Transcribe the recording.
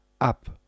up